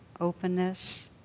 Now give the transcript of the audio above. openness